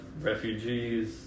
refugees